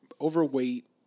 overweight